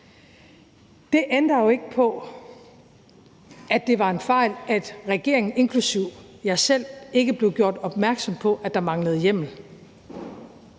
Det ændrer jo ikke på, at det var en fejl, at regeringen, inklusive mig selv, ikke er blevet gjort opmærksom på, at der manglede hjemmel,